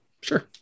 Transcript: Sure